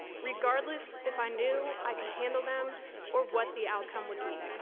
regardless if i knew i could handle them or what the outcome would be.